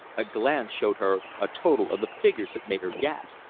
a glance showed her a total of figures that made her gasp.